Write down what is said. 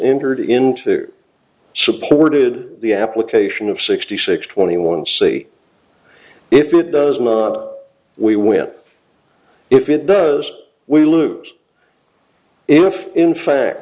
entered into supported the application of sixty six twenty one c if it does not we win if it does we lose if in fact